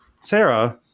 Sarah